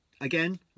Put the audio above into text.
Again